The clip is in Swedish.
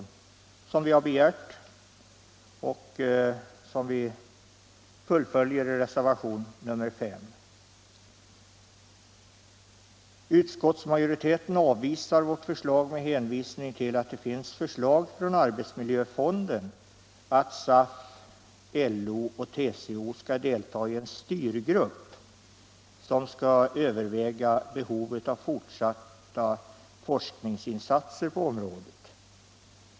En sådan kommitté har vi alltså begärt, och det kravet fullföljer vi i reservationen 5 Utskottsmajoriteten avvisar vårt förslag med hänvisning till att det finns förslag från arbetsmiljöfonden att SAF, LO och TCO skall delta i en styrgrupp som skall överväga behovet av fortsatta forskningsinsatser på området.